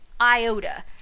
iota